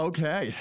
Okay